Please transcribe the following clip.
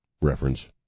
reference